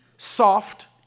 soft